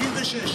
נתקבלה.